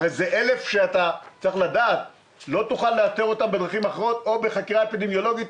אלה 1,000 שלא נוכל לאתר בדרכים אחרות או בחקירה אפידמיולוגית.